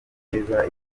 myiza